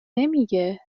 نمیگه